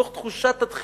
מתוך תחושת הדחיפות,